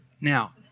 Now